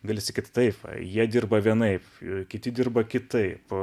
gali sakyt taip jie dirba vienaip kiti dirba kitaip